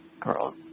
girls